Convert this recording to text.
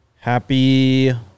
Happy